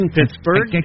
Pittsburgh